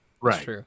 right